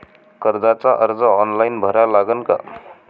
कर्जाचा अर्ज ऑनलाईन भरा लागन का?